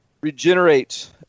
regenerate